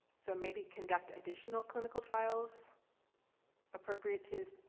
so maybe conduct additional clinical trials appropriate to.